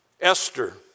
Esther